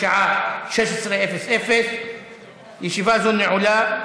בשעה 16:00. ישיבה זו נעולה.